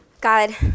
God